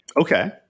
Okay